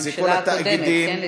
הממשלה הקודמת, כן?